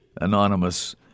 anonymous